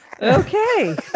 Okay